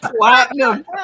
Platinum